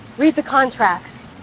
read the contracts.